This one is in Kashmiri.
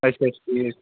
اچھا ٹھیٖک